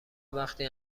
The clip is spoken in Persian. وقتی